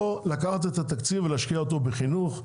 או לקחת את התקציב להשקיע אותו בחינוך,